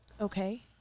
okay